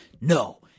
no